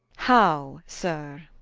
how sir?